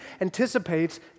anticipates